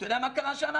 אתה יודע מה קרה שם?